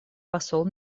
посол